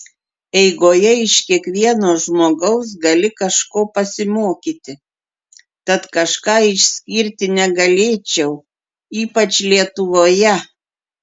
eigoje iš kiekvieno žmogaus gali kažko pasimokyti tad kažką išskirti negalėčiau ypač lietuvoje